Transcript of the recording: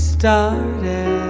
started